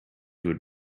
would